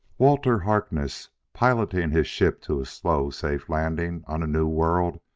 walter harkness, piloting his ship to a slow, safe landing on a new world,